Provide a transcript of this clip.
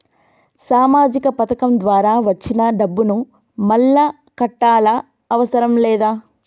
సామాజిక పథకం ద్వారా వచ్చిన డబ్బును మళ్ళా కట్టాలా అవసరం లేదా?